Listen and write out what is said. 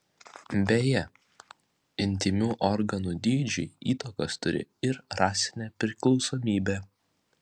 beje intymių organų dydžiui įtakos turi ir rasinė priklausomybė